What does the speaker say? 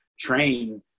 train